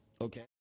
okay